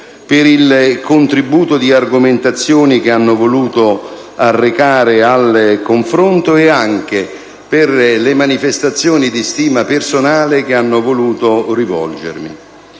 per il contributo di argomentazione che hanno voluto arrecare al confronto, e anche per le manifestazioni di stima personale che hanno voluto rivolgermi.